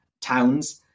towns